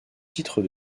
titre